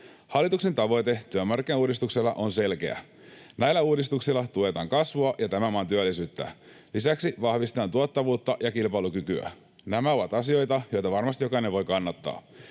Hallituksen tavoite työmarkkinauudistuksille on selkeä. Näillä uudistuksilla tuetaan kasvua ja tämän maan työllisyyttä. Lisäksi vahvistetaan tuottavuutta ja kilpailukykyä. Nämä ovat asioita, joita varmasti jokainen voi kannattaa.